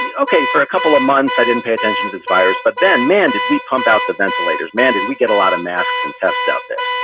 yeah ok, for a couple of months, i didn't pay attention to this virus. but then, man, if we pump out the ventilators, man, did we get a lot of masks and test out there.